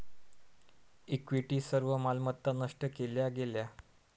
equity सर्व मालमत्ता नष्ट केल्या गेल्या